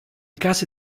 case